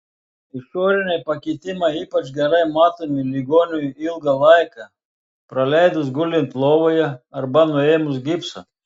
išoriniai pakitimai ypač gerai matomi ligoniui ilgą laiką praleidus gulint lovoje arba nuėmus gipsą